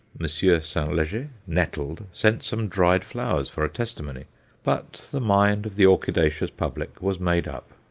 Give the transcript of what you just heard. monsieur st. leger, nettled, sent some dried flowers for a testimony but the mind of the orchidaceous public was made up.